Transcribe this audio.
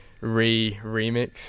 re-remix